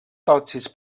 tòxics